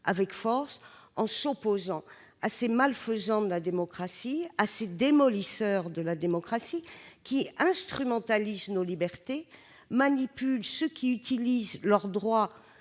avec force, en s'opposant à ces malfaisants, à ces démolisseurs de la démocratie, qui instrumentalisent nos libertés et manipulent ceux qui utilisent leur droit